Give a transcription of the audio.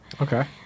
Okay